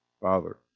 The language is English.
father